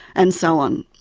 and so on.